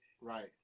right